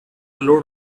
load